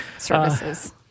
Services